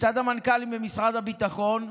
לצד המנכ"לים במשרד הביטחון,